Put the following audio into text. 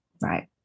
right